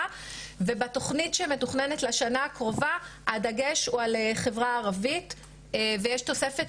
ובתוכנית שמתוכננת לשנה הקרובה הדגש הוא על החברה הערבית ויש תוספת